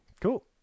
Cool